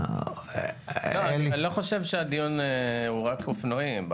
לא חושב שהדיון הוא רק אופנועים.